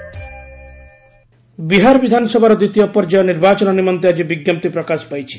Bihar election Bihar ବିଧାନସଭାର ଦ୍ୱିତୀୟ ପର୍ଯ୍ୟାୟ ନିର୍ବାଚନ ନିମନ୍ତେ ଆଜି ବିଜ୍ଞପ୍ତି ପ୍ରକାଶ ପାଇଛି